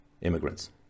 Immigrants